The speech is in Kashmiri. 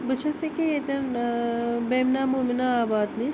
بہٕ چھَس أیٚکہِ ییٚتیٚن ٲں بیٚمنہ موٗمِن آباد نِش